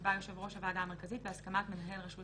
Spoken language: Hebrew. שיקבע יושב ראש הוועדה המרכזית בהסכמת מנהל רשות